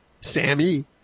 sammy